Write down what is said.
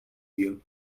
you